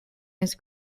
his